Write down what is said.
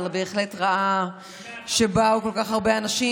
אבל בהחלט ראה שבאו כל כך הרבה אנשים,